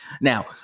Now